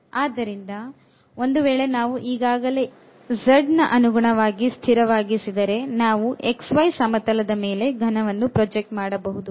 ಆದ್ದರಿಂದ ಒಂದು ವೇಳೆ ನಾವು ಈಗಾಗಲೇ z ನ ಅನುಗುಣವಾಗಿ ಸ್ಥಿರವಾಗಿಸಿದ್ದಾರೆ ನಾವು xy ಸಮತಲದ ಮೇಲೆ ಘನವನ್ನು ಪ್ರೊಜೆಕ್ಟ್ ಮಾಡಬಹುದು